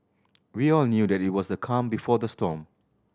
we all knew that it was the calm before the storm